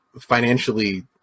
financially